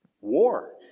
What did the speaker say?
War